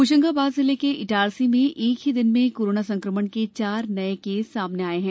होशंगाबाद जिले के इटारसी में एक ही दिन में कोरोना संक्रमण के चार नए केस सामने आए हैं